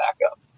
backup